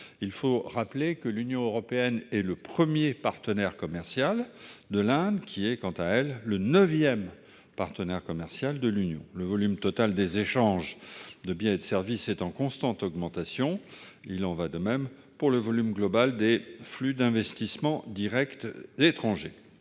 de rappeler que l'Union européenne est le premier partenaire commercial de l'Inde, qui est, quant à elle, le neuvième partenaire commercial de l'Union. Le volume total des échanges de biens et services est en constante augmentation. Il en va de même pour le volume global des flux et des stocks d'investissements directs étrangers.